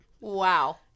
Wow